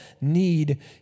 need